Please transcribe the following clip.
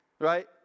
right